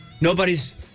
nobody's